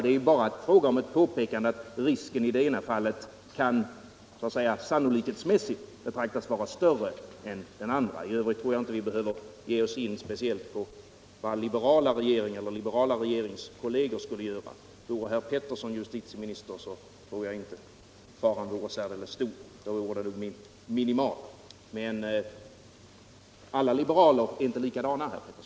Det var bara fråga om ett påpekande av att risken i det ena fallet kan så att säga sannolikhetsmässigt beräknas vara större än i det andra fallet. I övrigt tror jag inte vi behöver ge oss in på vad speciellt liberala regeringar och regeringskolleger skulle göra i ett sådant fall. Vore herr Petersson i Röstånga justitieminister tror jag inte att faran skulle vara särdeles stor, utan då vore den väl minimal. Men alla liberaler är inte likadana, herr Petersson!